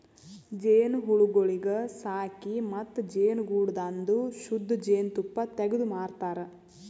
ಜೇನುಹುಳಗೊಳಿಗ್ ಸಾಕಿ ಮತ್ತ ಜೇನುಗೂಡದಾಂದು ಶುದ್ಧ ಜೇನ್ ತುಪ್ಪ ತೆಗ್ದು ಮಾರತಾರ್